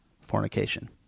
fornication